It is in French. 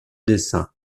dessin